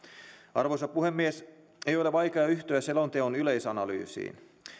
arvoisa puhemies ei ole vaikea yhtyä selonteon yleisanalyysiin